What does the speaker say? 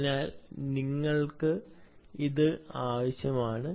അതിനാൽ നിങ്ങൾക്ക് ഇത് ആവശ്യമാണ്